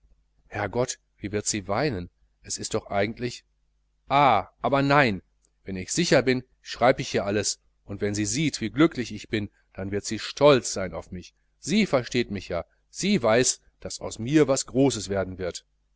herrgott wie wird sie weinen es ist doch eigentlich ah aber nein wenn ich sicher bin schreib ich ihr alles und wenn sie sieht wie glücklich ich bin dann wird sie stolz auf mich sein sie versteht mich ja sie weiß daß aus mir was großes werden wird